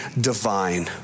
divine